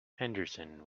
henderson